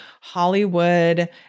Hollywood